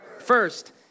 First